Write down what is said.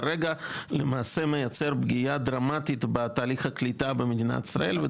למעשה זה מייצר כרגע פגיעה דרמטית בתהליך הקליטה במדינת ישראל.